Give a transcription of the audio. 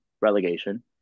relegation